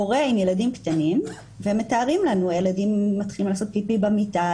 הורה עם ילדים קטנים והם מתארים לנו שהילדים מתחילים לעשות פיפי במיטה,